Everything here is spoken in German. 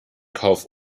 kauf